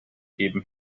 geben